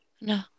no